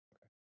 Okay